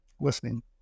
listening